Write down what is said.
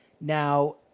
Now